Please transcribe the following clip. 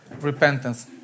repentance